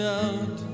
out